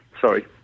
Sorry